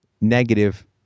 Negative